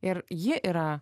ir ji yra